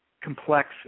complex